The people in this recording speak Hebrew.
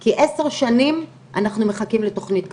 כי עשר שנים אנחנו מחכים לתוכנית כזאת.